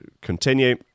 continue